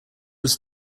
was